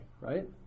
right